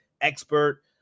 expert